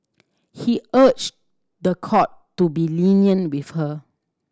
he urged the court to be lenient with her